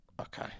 Okay